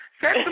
set